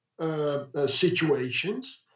situations